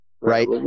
right